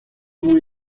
muy